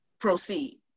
proceed